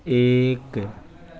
एक